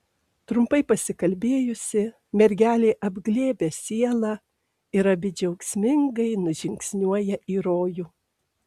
trumpai pasikalbėjusi mergelė apglėbia sielą ir abi džiaugsmingai nužingsniuoja į rojų